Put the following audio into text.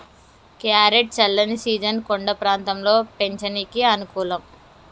carrot చల్లని season కొండ ప్రాంతంలో పెంచనీకి అనుకూలం